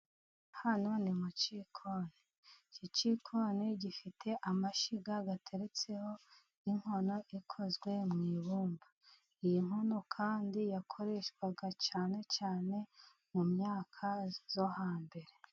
Hano ni mu cyikoni gifite amashyiga ateretseho inkono ikozwe mu ibumba. Iyi nkono kandi yakoreshwaga cyane cyane mu myaka yo hambere.